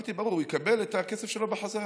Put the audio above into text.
דיברתי ברור, הוא יקבל את הכסף שלו בחזרה.